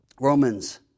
Romans